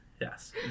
Yes